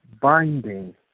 binding